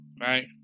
Right